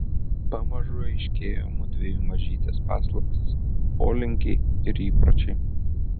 pamažu aiškėjo mudviejų mažytės paslaptys polinkiai ir įpročiai